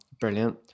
Brilliant